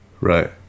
right